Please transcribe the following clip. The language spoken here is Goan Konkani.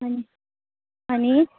आनी आनी